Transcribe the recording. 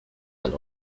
and